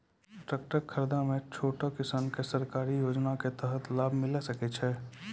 Tractor खरीदै मे छोटो किसान के सरकारी योजना के तहत लाभ मिलै सकै छै?